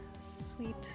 sweet